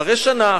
אחרי שנה,